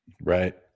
Right